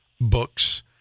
books